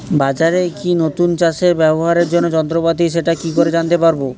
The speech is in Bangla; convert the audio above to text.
বাজারে কি নতুন চাষে ব্যবহারের জন্য যন্ত্রপাতি সেটা কি করে জানতে পারব?